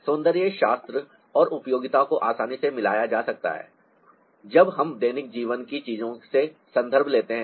सौंदर्यशास्त्र और उपयोगिता को आसानी से मिलाया जा सकता है जब हम दैनिक जीवन की चीजों से संदर्भ लेते हैं